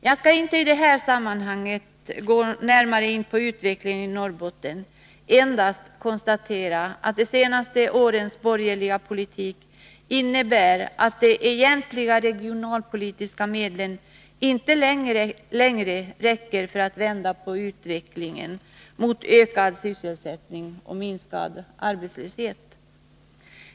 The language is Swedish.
Jag skall inte i det här sammanhanget gå närmare in på utvecklingen i Norrbotten, endast konstatera att de senaste årens borgerliga politik innebär att de egentliga regionalpolitiska medlen inte längre räcker för att vända på utvecklingen mot ökad sysselsättning och minskad arbetslöshet.